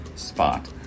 spot